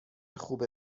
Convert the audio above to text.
خوبه